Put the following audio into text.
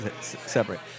separate